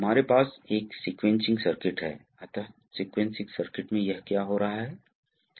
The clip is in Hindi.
कभी कभी हमारे पास एक समायोज्य स्प्रिंग होता है ताकि वे सभी प्रकार के स्पूल मूविंग एक्चुएशन तंत्र इस वाल्व के साथ हों